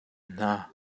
hna